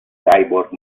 cyborg